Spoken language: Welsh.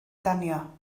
danio